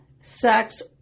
sex